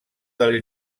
del